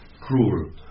cruel